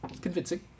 convincing